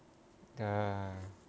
ah